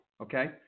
okay